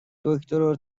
دکتر